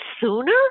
sooner